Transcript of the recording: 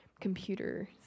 computer